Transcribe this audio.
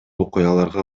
окуяларга